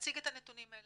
להציג את הנתונים האלה,